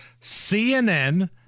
CNN